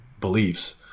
beliefs